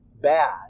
bad